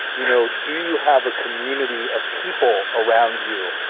you know, do you have a community of people around you?